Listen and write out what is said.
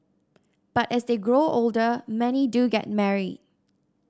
but as they grow older many do get married